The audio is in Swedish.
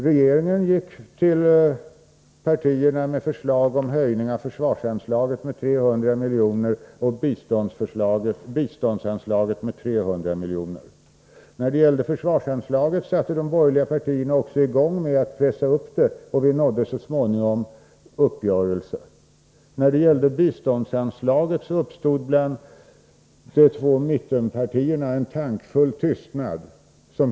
Regeringen gick till partierna med förslag till höjningar av försvarsanslaget med 300 milj.kr. och av biståndsanslaget med 300 milj.kr. Försvarsanslaget satte de borgerliga partierna i gång med att pressa upp, och vi nådde så småningom en uppgörelse. När det gällde biståndsanslaget uppstod bland de två mittenpartierna en tankfull tystnad.